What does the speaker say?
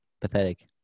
Pathetic